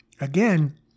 again